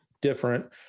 different